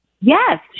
Yes